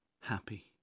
happy